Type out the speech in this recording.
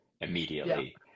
immediately